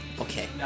Okay